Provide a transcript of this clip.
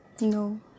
No